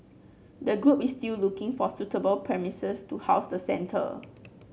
the group is still looking for suitable premises to house the centre